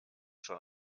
schon